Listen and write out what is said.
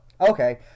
Okay